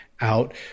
out